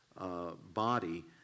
body